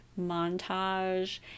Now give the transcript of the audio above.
montage